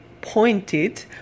pointed